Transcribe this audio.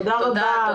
תודה רבה.